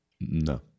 No